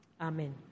Amen